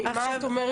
מה את אומרת על זה?